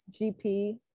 GP